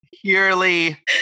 purely